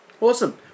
Awesome